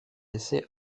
essais